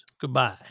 Goodbye